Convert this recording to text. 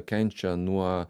kenčia nuo